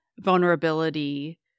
vulnerability